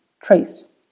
Trace